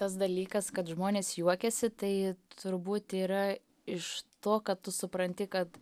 tas dalykas kad žmonės juokiasi tai turbūt yra iš to kad tu supranti kad